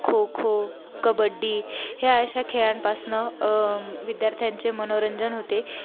खोखो कबड्डी ह्या अशा खेळांपासनं विद्यार्थ्यांचे मनोरंजन होते